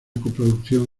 coproducción